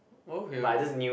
oh okay okay